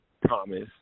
promise